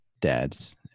dads